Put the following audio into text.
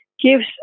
gives